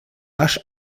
rasch